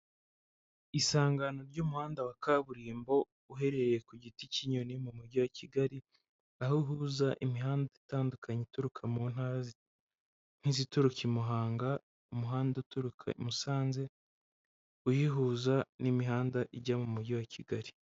Isangano ry'umuhanda wa kaburimbo uherereye ku giti k'inyoni mu mujyi wa Kigali aho uhuza imihanda itandukanye ituruka mu ntara zi nk'izituruka i Muhanga, umuhanda uturuka i Musanze uyihuza n'imihanda ijya mu mujyi wa Kigali.